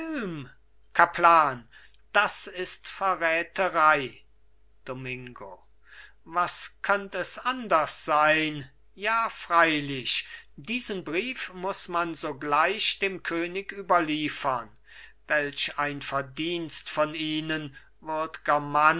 kaplan das ist verräterei domingo was könnt es anders sein ja freilich diesen brief muß man sogleich dem könig überliefern welch ein verdienst von ihnen